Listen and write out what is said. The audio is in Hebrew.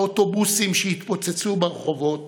האוטובוסים שהתפוצצו ברחובות